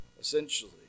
essentially